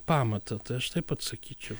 pamatą tai aš taip atsakyčiau